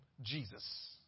jesus